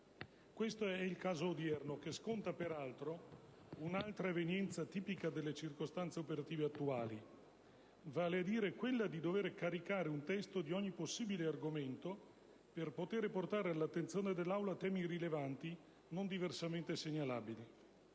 Questo è il caso odierno, che sconta peraltro un'altra evenienza tipica delle circostanze operative attuali, vale a dire quella di dover caricare un testo di ogni possibile argomento per poter portare all'attenzione dell'Assemblea temi rilevanti, non diversamente segnalabili.